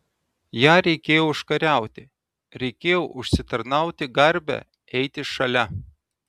ją reikėjo užkariauti reikėjo užsitarnauti garbę eiti šalia